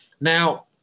Now